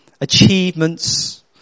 achievements